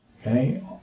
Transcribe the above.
Okay